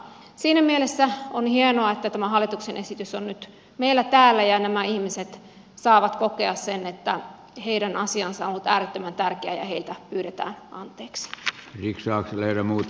siinä mielessä on hienoa että tämä hallituksen esitys on nyt meillä täällä ja nämä ihmiset saavat kokea sen että heidän asiansa on ollut äärettömän tärkeä ja heiltä pyydetään anteeksi wikileaks lyödä muut